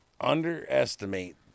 underestimate